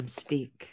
speak